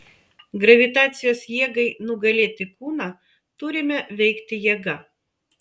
gravitacijos jėgai nugalėti kūną turime veikti jėga